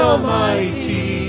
Almighty